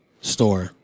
store